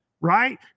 right